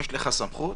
יש לך סמכות.